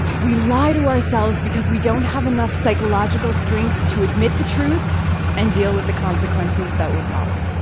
we lie to ourselves because we don't have enough psychological strength to admit the truth and deal with the consequences that will follow.